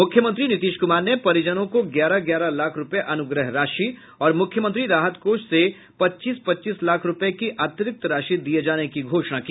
मुख्यमंत्री नीतीश कुमार ने परिजनों को ग्यारह ग्यारह लाख रूपये अनुग्रह राशि और मुख्यमंत्री राहत कोष से पच्चीस पच्चीस लाख रुपये की अतिरिक्त राशि दिए जाने की घोषणा की